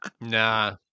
Nah